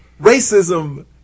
racism